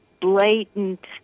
blatant